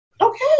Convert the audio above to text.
Okay